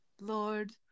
Lord